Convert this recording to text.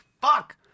fuck